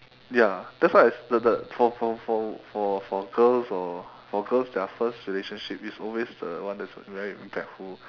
ya that's why I the the for for for for for girls or for girls their first relationship is always the one that is very impactful